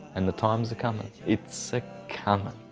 and the time is coming, it's a coming,